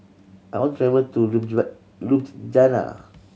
I want to travel to Ljubljana